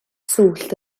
swllt